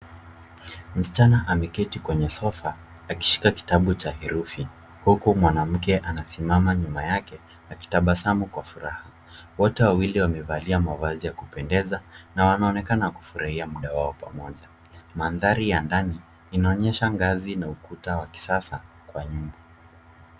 Msichana ameketi kwenye sofa akishika kitabu cha herufi, huku mwanamke anasimama nyuma yake akitabasamu kwa furaha. Wote wawili wamevalia mavazi ya kupedeza, na wanoanekana kufurahia muda wao pamoja. Mandhari ya ndani inaonyesha ngazi na ukuta wa kisasa kwa nyumba.